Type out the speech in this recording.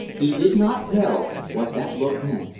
he did not know what that look meant.